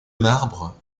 marbre